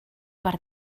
per